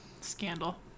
scandal